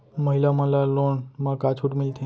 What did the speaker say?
महिला मन ला लोन मा का छूट मिलथे?